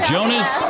Jonas